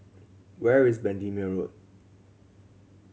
where is Bendemeer Road